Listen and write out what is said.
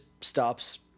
stops